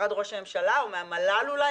ממשרד ראש הממשלה או מהמל"ל אולי